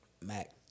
Mac